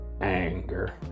anger